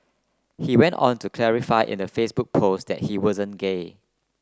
he went on to clarify in the Facebook post that he wasn't gay